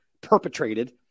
Perpetrated